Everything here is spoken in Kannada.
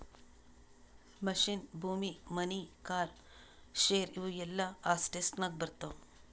ಮಷಿನ್, ಭೂಮಿ, ಮನಿ, ಕಾರ್, ಶೇರ್ ಇವು ಎಲ್ಲಾ ಅಸೆಟ್ಸನಾಗೆ ಬರ್ತಾವ